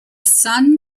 sun